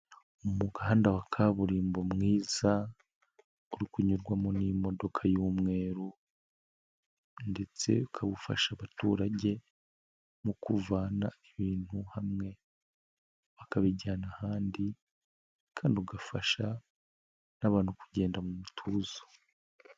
Mu umuhanda wa kaburimbo mwiza uri kunyurwamo n'imodoka y'umweru ndetse ukaba ufasha abaturage mu kuvana ibintu hamwe bakabijyana ahandi kandi ugafasha n'abantu kugenda mu mutuzo.